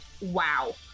wow